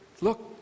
look